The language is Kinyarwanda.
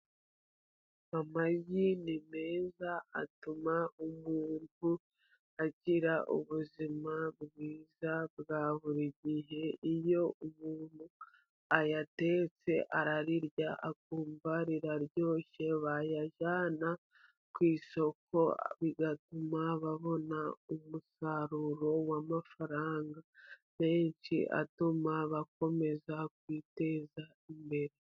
Amagi ni meza atuma umubiri ugira ubuzima bwiza bwa buri gihe iyo umuntu ayatetse arayarya akumva aryoshye. Bayajyana ku isoko bigatuma babona umusaruro wamafaranga menshi atuma bakomeza kwiteza imbere.